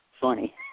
Funny